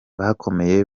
bakomeye